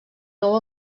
nou